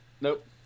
Nope